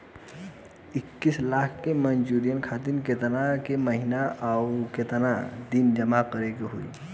इक्कीस लाख के मचुरिती खातिर केतना के महीना आउरकेतना दिन जमा करे के होई?